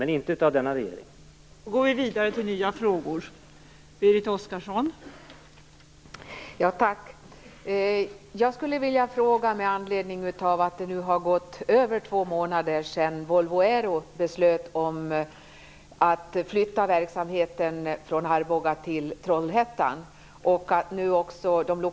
Men inte under denna regerings tid.